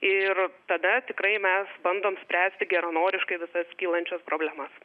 ir tada tikrai mes bandom spręsti geranoriškai visas kylančias problemas